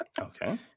Okay